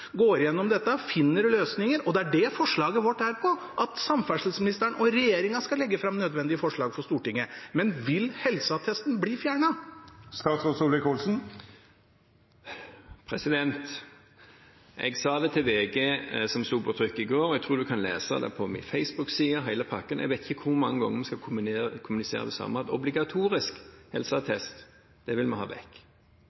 går gjennom dette og finner løsninger. Det er det forslaget vårt går ut på, at samferdselsministeren og regjeringen skal legge fram nødvendige forslag for Stortinget. Men vil helseattesten bli fjernet? Jeg sa det til VG, hvor det sto på trykk i går, jeg tror en kan lese det på min Facebook-side – hele pakken. Jeg vet ikke hvor mange ganger vi skal kommunisere det samme: Obligatorisk